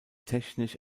technisch